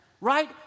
right